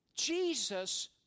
Jesus